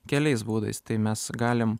keliais būdais tai mes galim